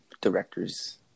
director's